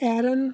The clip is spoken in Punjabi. ਐਰਨ